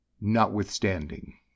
notwithstanding